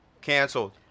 Canceled